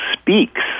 speaks